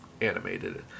animated